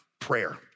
prayer